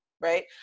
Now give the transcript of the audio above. right